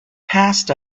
passed